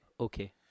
Okay